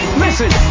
listen